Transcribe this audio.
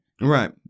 Right